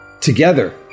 Together